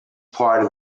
part